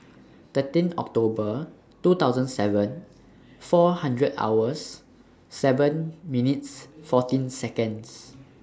thirteen October two thousand seven four hundred hours seven minutes fourteen Seconds